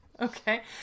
Okay